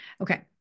Okay